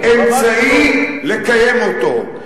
היא אמצעי לקיים אותו.